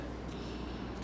it's just that